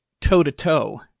toe-to-toe